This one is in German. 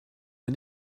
wir